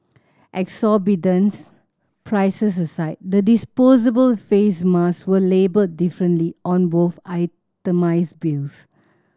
exorbitant prices aside the disposable face mask were labelled differently on both itemised bills